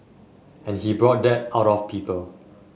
and he brought that out of people